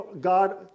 God